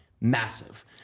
massive